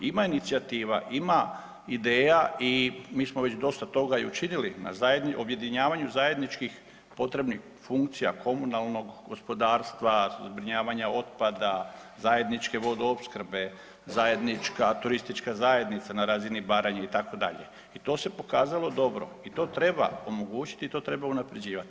Ima inicijativa, ima ideja i mi smo već dosta toga i učinili na objedinjavanju zajedničkih potrebnih funkcija komunalnog gospodarstva, zbrinjavanja otpada, zajedničke vodoopskrbe, zajednička turistička zajednica na razini Baranje itd. i to se pokazalo dobro i to treba omogućiti i to treba unapređivati.